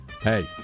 Hey